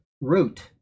root